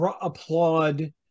applaud